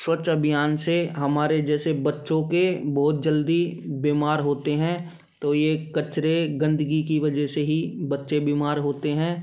स्वच्छ अभियान से हमारे जैसे बच्चों के बहुत जल्दी बीमार होते हैं तो ये कचरे गंदगी की वजह से ही बच्चे बीमार होते हैं